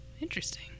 interesting